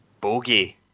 bogey